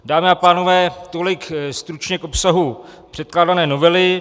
Dámy a pánové, tolik stručně k obsahu předkládané novely.